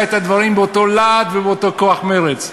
את הדברים באותו להט ובאותו כוח ומרץ.